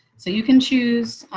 so you can choose.